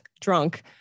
drunk